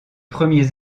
premiers